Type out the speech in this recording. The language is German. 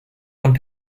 von